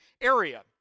area